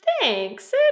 Thanks